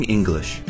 English